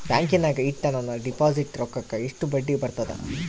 ಬ್ಯಾಂಕಿನಾಗ ಇಟ್ಟ ನನ್ನ ಡಿಪಾಸಿಟ್ ರೊಕ್ಕಕ್ಕ ಎಷ್ಟು ಬಡ್ಡಿ ಬರ್ತದ?